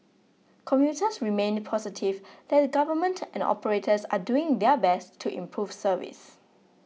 commuters remained positive that the government and operators are doing their best to improve service